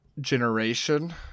generation